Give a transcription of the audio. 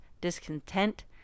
discontent